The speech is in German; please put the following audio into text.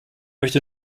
möchte